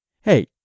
Hey